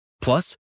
Plus